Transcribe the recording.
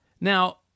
Now